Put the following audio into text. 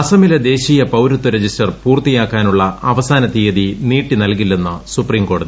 അസമിലെ ദേശീയ പൌരത്വ രജിസ്റ്റർ പൂർത്തിയാക്കാനുള്ള അവസാന തീയതി നീട്ടി നൽകില്ലെന്ന് സുപ്രീംകോടതി